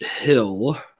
Hill